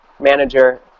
manager